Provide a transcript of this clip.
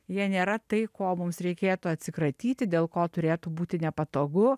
jie nėra tai ko mums reikėtų atsikratyti dėl ko turėtų būti nepatogu